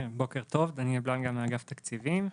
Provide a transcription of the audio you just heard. בוקר טוב, דניאל בלנגה מאגף תקציבים.